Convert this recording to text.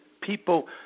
people